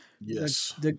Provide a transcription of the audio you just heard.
Yes